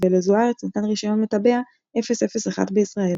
ולזו-ארץ ניתן רישיון מטבע 001 בישראל.